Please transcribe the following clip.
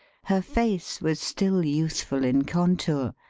her face was still youthful in contour,